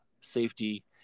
safety